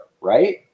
right